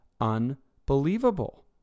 unbelievable